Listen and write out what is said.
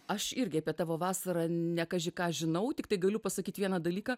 aš irgi apie tavo vasarą ne kaži ką žinau tiktai galiu pasakyt vieną dalyką